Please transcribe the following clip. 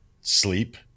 sleep